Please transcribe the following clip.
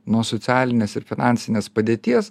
nuo socialinės ir finansinės padėties